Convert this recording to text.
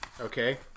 Okay